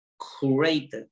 created